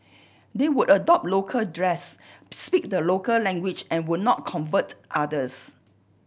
they would adopt local dress speak the local language and would not convert others